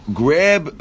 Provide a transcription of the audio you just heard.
grab